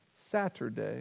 Saturday